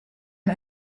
man